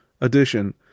addition